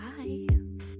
-bye